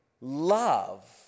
love